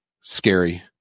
scary